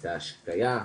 את ההשקיה.